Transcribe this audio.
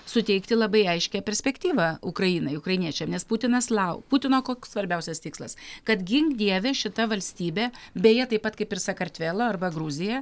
suteikti labai aiškią perspektyvą ukrainai ukrainiečiams nes putinas laukia putino koks svarbiausias tikslas kad gink dieve šita valstybė beje taip pat kaip ir sakartvelo arba gruzija